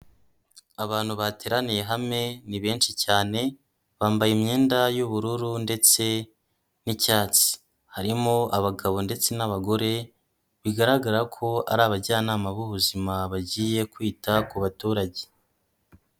Abantu bateraniye hamwe ni benshi cyane, bambaye imyenda y'ubururu ndetse n'icyatsi, harimo abagabo ndetse n'abagore, bigaragara ko ari abajyanama b'ubuzima bagiye kwita ku baturage.